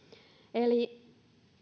eli